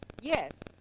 Yes